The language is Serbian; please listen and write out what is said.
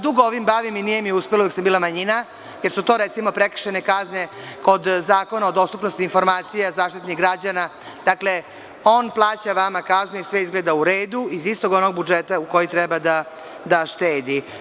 Dugo se ovim bavim i nije mi uspelo dok sam bila manjina, jer su to recimo prekršajne kazne kod Zakona o dostupnosti informacija, Zaštitnik građana, dakle, on plaća vama kaznu i sve izgleda u redu iz istog onog budžeta u koji treba da štedi.